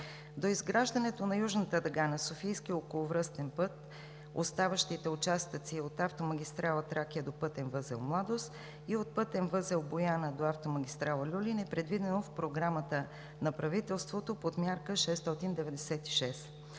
Доизграждането на Южната дъга на Софийския околовръстен път в оставащите участъци от автомагистрала „Тракия“ до пътен възел „Младост“ и от пътен възел „Бояна“ до автомагистрала „Люлин“ е предвидено в Програмата на правителството, Подмярка 696